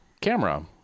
camera